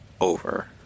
over